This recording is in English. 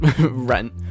rent